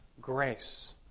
grace